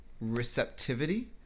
receptivity